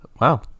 wow